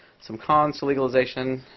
some cons to legalization.